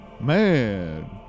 man